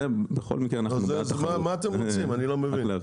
זה בכל מקרה -- אז מה אתם רוצים אני לא מבין?